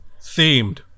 themed